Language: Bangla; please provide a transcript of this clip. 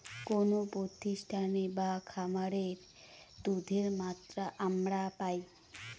কোনো প্রতিষ্ঠানে বা খামারে দুধের মাত্রা আমরা পাই